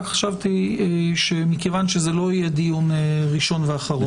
רק חשבתי שמכיוון שזה לא יהיה דיון ראשון ואחרון,